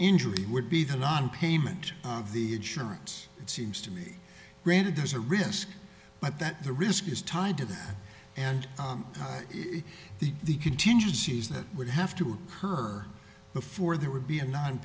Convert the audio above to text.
injury would be the nonpayment of the surance it seems to me granted there's a risk but that the risk is tied to that and the contingencies that would have to her before there would be a non